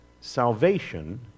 Salvation